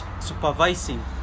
supervising